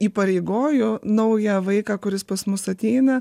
įpareigoju naują vaiką kuris pas mus ateina